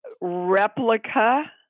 replica